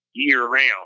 year-round